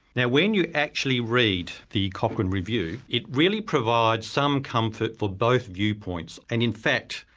now when you actually read the cochrane review it really provides some comfort for both viewpoints and in fact,